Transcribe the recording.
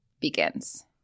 begins